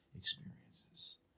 experiences